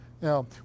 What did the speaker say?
Now